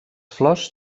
flors